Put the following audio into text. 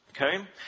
okay